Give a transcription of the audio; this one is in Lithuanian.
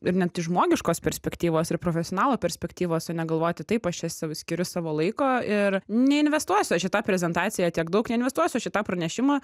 ir net iš žmogiškos perspektyvos ir profesionalų perspektyvos negalvoti taip aš čia skiriu savo laiko ir neinvestuosiu aš į prezentaciją tiek daug neinvestuosiu aš į tą pranešimą